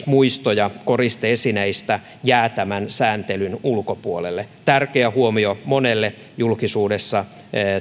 muisto ja koriste esineistä jää tämän sääntelyn ulkopuolelle tärkeä huomio monelle julkisuudessa